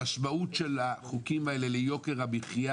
המשמעות של החוקים האלה ליוקר המחיה